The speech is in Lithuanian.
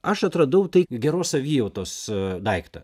aš atradau tai geros savijautos daiktą